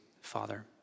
Father